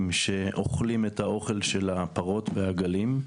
שאוכלים את האוכל של הפרות והעגלים.